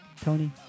Tony